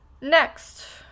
Next